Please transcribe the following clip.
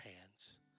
hands